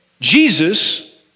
Jesus